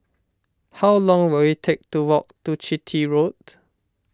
how long will it take to walk to Chitty Road